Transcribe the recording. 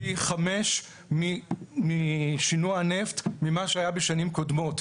פי חמש משינוע הנפט ממה שהיה בשנים קודמות.